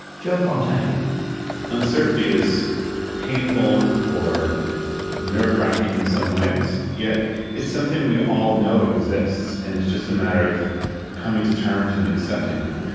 joe fontaine uncertainty is painful or nerve-racking in some ways, yet it's something we all know exists and it's just a matter of coming to terms and accepting that.